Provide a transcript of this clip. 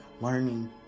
learning